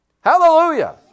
Hallelujah